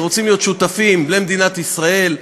שרוצים להיות שותפים למדינת ישראל,